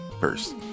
First